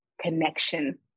connection